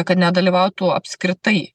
kad nedalyvautų apskritai